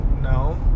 No